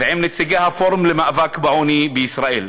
ועם נציגי הפורום למאבק בעוני בישראל.